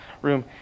room